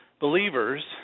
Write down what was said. believers